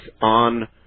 on